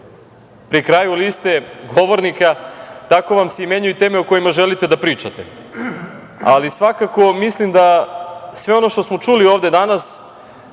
pri kraju liste govornika, tako vam se i menjaju teme o kojima želite da pričate. Ali, svakako mislim da sve ono što smo čuli ovde danas